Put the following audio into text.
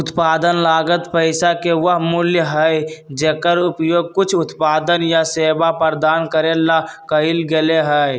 उत्पादन लागत पैसा के वह मूल्य हई जेकर उपयोग कुछ उत्पादन या सेवा प्रदान करे ला कइल गयले है